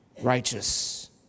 righteous